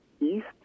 east